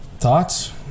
Thoughts